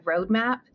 roadmap